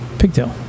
pigtail